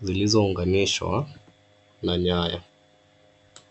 zilizounganishwa na nyaya.